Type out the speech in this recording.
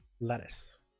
lettuce